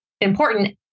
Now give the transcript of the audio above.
important